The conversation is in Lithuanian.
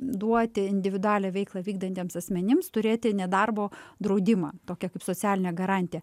duoti individualią veiklą vykdantiems asmenims turėti nedarbo draudimą tokią kaip socialinę garantiją